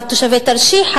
יש מסגרות